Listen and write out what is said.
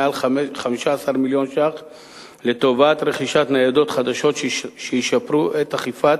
מעל 15 מיליון שקל לטובת רכישת ניידות חדשות שישפרו את אכיפת